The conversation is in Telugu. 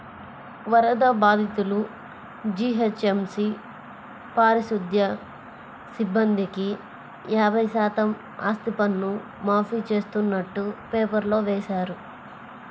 వరద బాధితులు, జీహెచ్ఎంసీ పారిశుధ్య సిబ్బందికి యాభై శాతం ఆస్తిపన్ను మాఫీ చేస్తున్నట్టు పేపర్లో వేశారు